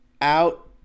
out